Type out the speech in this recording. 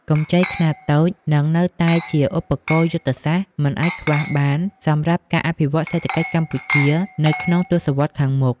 កម្ចីខ្នាតតូចនឹងនៅតែជាឧបករណ៍យុទ្ធសាស្ត្រមិនអាចខ្វះបាន សម្រាប់ការអភិវឌ្ឍសេដ្ឋកិច្ចកម្ពុជានៅក្នុងទសវត្សរ៍ខាងមុខ។